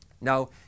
Now